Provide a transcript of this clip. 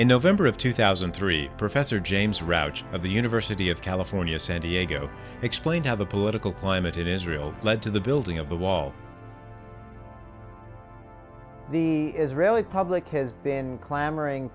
in november of two thousand and three professor james rouch of the university of california san diego explained how the political climate israel led to the building of the wall the israeli public has been clamoring